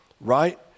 right